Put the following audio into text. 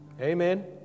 Amen